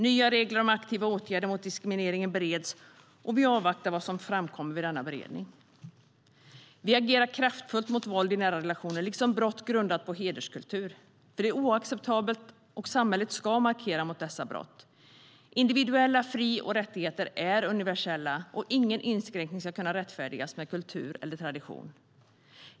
Nya regler om aktiva åtgärder mot diskriminering bereds. Vi avvaktar vad som framkommer vid denna beredning. Vi agerar kraftfullt mot våld i nära relationer liksom mot brott grundade på hederskultur, för det är oacceptabelt, och samhället ska markera mot dessa brott. Individuella fri och rättigheter är universella, och ingen inskränkning ska kunna rättfärdigas med kultur eller tradition.